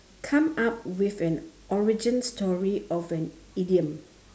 come up with an origin story of an idiom